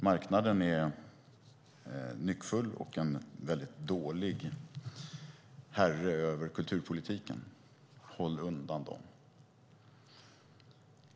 Marknaden är nyckfull och är en dålig herre över kulturpolitiken. Håll undan marknaden!